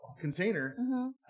container